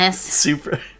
Super